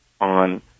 on